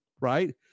right